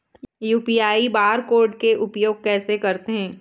UPI bar code के उपयोग कैसे करथें?